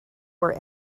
were